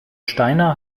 steiner